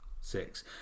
Six